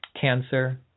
Cancer